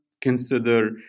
consider